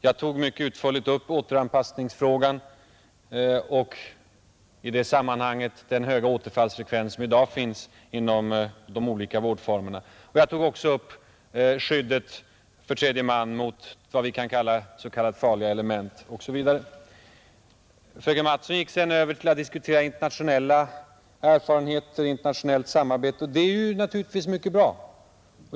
Mycket utförligt tog jag upp återanpassningsfrågan och i det sammanhanget den höga återfallsfrekvensen i dag inom de olika vårdformerna. Jag tog också upp skyddet för tredje man mot s.k. farliga element osv. Fröken Mattson gick sedan över till att diskutera internationella erfarenheter och internationellt samarbete, och det är naturligtvis mycket bra.